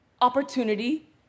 opportunity